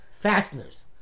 fasteners